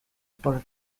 por